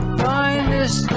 finest